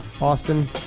Austin